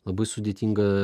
labai sudėtinga